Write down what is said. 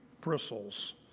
bristles